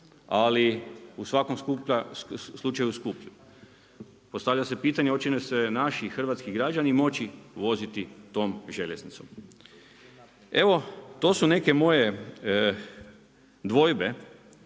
ali u svakom slučaju skuplju. Postavlja se pitanje hoće li se naši hrvatski građani moći voziti tom željeznicom? Evo, to su neke moje dvojbe,